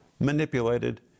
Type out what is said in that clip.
manipulated